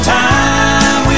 time